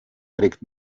trägt